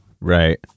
Right